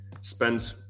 spend